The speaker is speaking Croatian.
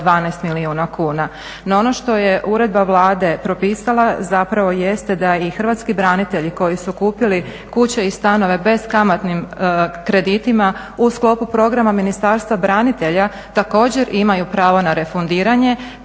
12 milijuna kuna. No ono što je uredba Vlade propisala zapravo jeste da i hrvatski branitelji koji su kupili kuće i stanove beskamatnim kreditima u sklopu programa Ministarstva branitelja također imaju pravo na refundiranje